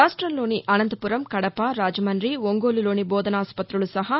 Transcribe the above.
రాష్ట్లంలోని అనంతపురం కడప రాజమండి ఒంగోలులోని బోధనాసుపత్రులు సహా